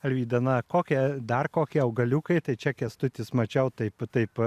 alvyda na kokią dar koki augaliukai tai čia kęstutis mačiau taip taip